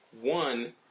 One